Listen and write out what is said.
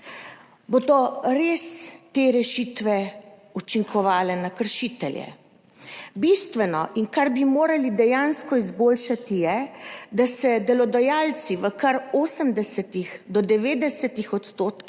Bodo res te rešitve učinkovale na kršitelje? Bistveno in kar bi morali dejansko izboljšati je, da se delodajalci v kar 80 do 90 %